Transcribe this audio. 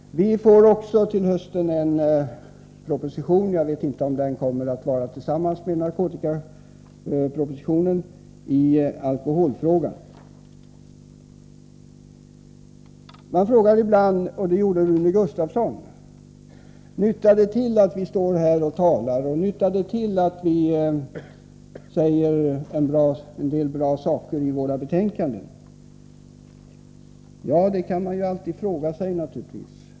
Vi får också till hösten en proposition i alkoholfrågan — eventuellt tillsammans med narkotikafrågan. Man frågar ibland som Rune Gustavsson gjorde: Nyttjar det att vi står här och talar och säger en del bra saker i våra betänkanden? Det kan man naturligtvis alltid fråga sig.